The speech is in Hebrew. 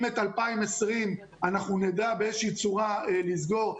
אם את 2020 אנחנו נדע באיזו צורה לסגור,